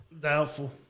Doubtful